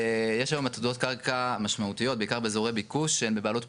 יש היום עתודות קרקע משמעותיות בעיקר באזורי ביקוש שהם בבעלות פרטית.